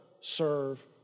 serve